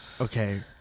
Okay